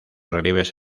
relieves